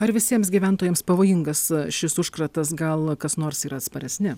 ar visiems gyventojams pavojingas šis užkratas gal kas nors yra atsparesni